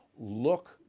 look